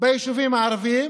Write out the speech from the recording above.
ביישובים הערביים,